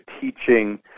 teaching